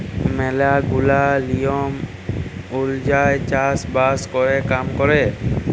ম্যালা গুলা লিয়ম ওলুজায়ই চাষ বাস ক্যরে কাম ক্যরে